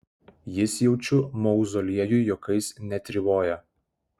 jis jaučiu mauzoliejuj juokais netrivoja